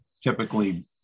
typically